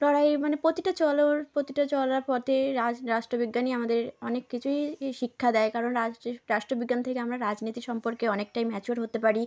লড়াই মানে প্রতিটা চলার প্রতিটা চলার পথে রাজ রাষ্ট্রবিজ্ঞানই আমাদের অনেক কিছুই ই শিক্ষা দেয় কারণ রাষ্ট্রবিজ্ঞান থেকে আমরা রাজনীতি সম্পর্কে অনেকটাই ম্যাচিওর হতে পারি